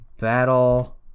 battle